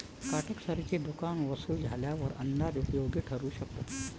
काटकसरीचे दुकान वसूल झाल्यावर अंदाज उपयोगी ठरू शकतो